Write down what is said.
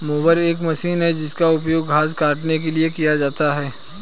mower एक machine है जिसका उपयोग घास काटने के लिए किया जाता है